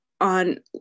on